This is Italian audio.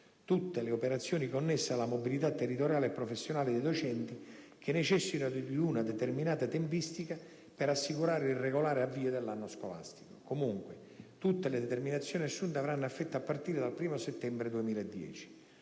tutte le operazioni connesse alla mobilità territoriale e professionale dei docenti, che necessitano di una determinata tempistica per assicurare il regolare avvio dell'anno scolastico. Comunque, tutte le determinazioni assunte avranno effetto a partire dal 1° settembre 2010.